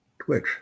Twitch